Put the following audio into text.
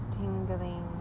tingling